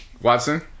watson